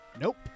Nope